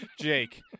Jake